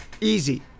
easy